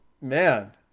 man